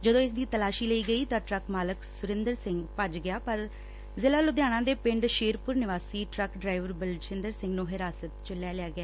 ਜਦੋਂ ਇਸ ਦੀ ਤਲਾਸ਼ੀ ਲਈ ਗਈ ਤਾਂ ਟਰੱਕ ਮਾਲਕ ਸੁਰਿੰਦਰ ਸਿੰਘ ਭੱਜ ਗਿਆ ਪਰ ਜ਼ਿਲ੍ਹਾ ਲੁਧਿਆਣਾ ਦੇ ਪਿੰਡ ਸ਼ੇਰਪੁਰ ਨਿਵਾਸੀ ਟਰੱਕ ਡਰਾਇਵਰ ਬਲਵਿੰਦਰ ਸਿੰਘ ਨੂੰ ਹਿਰਾਸਤ ਚ ਲੈ ਲਿਆ ਗਿਆ